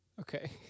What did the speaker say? Okay